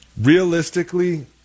Realistically